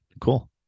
Cool